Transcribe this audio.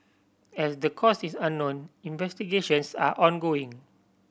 as the cause is unknown investigations are ongoing